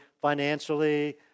financially